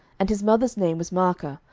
and his mother's name was maachah,